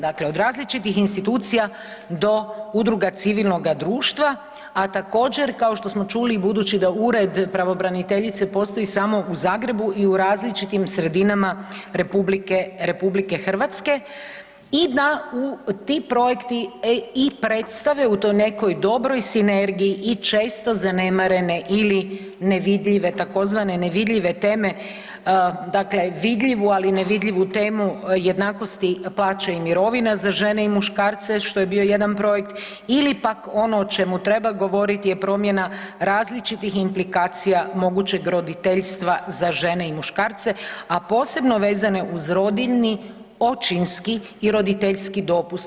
Dakle, od različitih institucija do udruga civilnoga društva, a također, kao što smo čuli, budući da Ured pravobraniteljice postoji samo u Zagrebu i u različitim sredinama RH i da u ti projekti i predstave u toj nekoj dobroj sinergiji i često zanemarene ili nevidljive, tzv. nevidljive teme, dakle vidljivu ali nevidljivu temu jednakosti plaće i mirovina za žene i muškarce, što je bio jedan projekt ili pak ono o čemu treba govoriti je promjena različitih implikacija mogućeg roditeljstva za žene i muškarce, a posebno vezane uz rodiljni, očinski i roditeljski dopust.